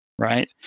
right